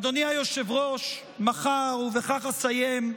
אדוני היושב-ראש, מחר, ובכך אסיים,